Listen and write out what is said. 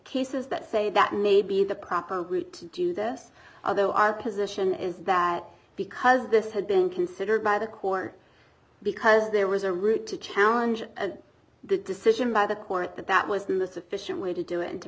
cases that say that may be the proper way to do this although our position is that because this had been considered by the court because there was a route to challenge the decision by the court that that was the most efficient way to do it and to